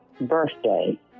birthday